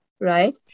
right